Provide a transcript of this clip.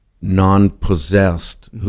non-possessed